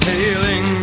Hailing